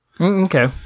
Okay